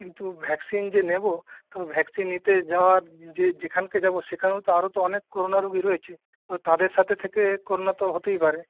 কিন্তু ভ্যাকসিন যে নেব তো ভ্যাকসিন নিতে যাওয়ার যে যেখানে যাব সেখানে তো আরো অনেক করোনা রুগি রয়েছে তো তাদের সাথে থেকে করোনা তো হতেই পারে